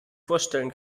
vorstellen